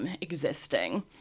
existing